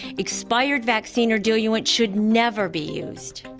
expired vaccine or diluent should never be used.